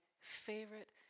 favorite